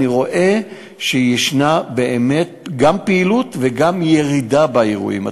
אני רואה שיש באמת גם פעילות וגם ירידה באירועים עצמם.